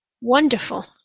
Wonderful